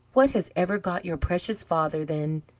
what has ever got your precious father, then?